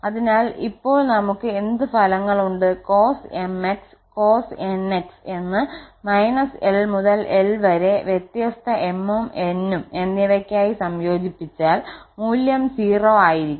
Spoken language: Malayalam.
അതിനാൽ ഇപ്പോൾ നമുക്ക് എന്ത് ഫലങ്ങൾ ഉണ്ട് cos 𝑚𝑥 cos 𝑛𝑥 എന്നിവ −𝑙 മുതൽ 𝑙 വരെ വ്യത്യസ്ത 𝑚ഉം𝑛ഉം എന്നിവയ്ക്കായി സംയോജിപ്പിച്ചാൽ മൂല്യം 0 ആയിരിക്കും